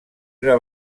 una